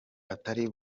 atari